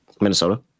Minnesota